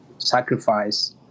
sacrifice